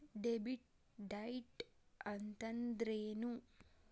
Debit ಡೈಟ್ ಅಂತಂದ್ರೇನು?